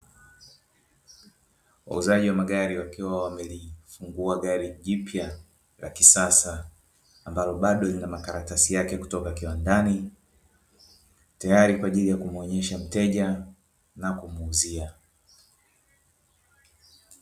Wauzaji wa magari wakiwa wamelifungua gari jipya la kisasa, ambalo bado lina makaratasi yake toka kiwandani, tayari kwa ajili ya kumuonyesha mteja na kumuuzia.